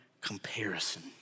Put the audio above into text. comparison